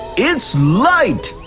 it's light!